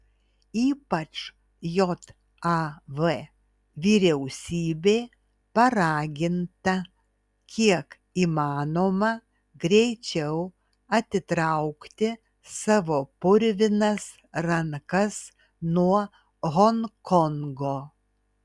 ypač jav vyriausybė paraginta kiek įmanoma greičiau atitraukti savo purvinas rankas nuo honkongo